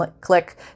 click